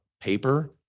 paper